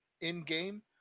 in-game